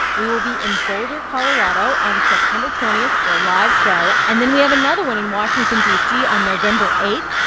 we will be in boulder, colo, ah but on september twenty for a live show. and then we have another one in washington, d c, on november eight.